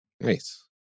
Nice